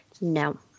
no